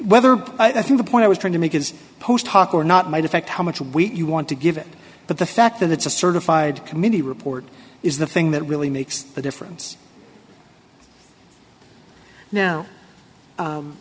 whether i think the point i was trying to make is post hoc or not might affect how much weight you want to give it but the fact that it's a certified committee report is the thing that really makes the difference now